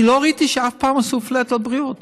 לא ראיתי אף פעם שעשו flat על בריאות.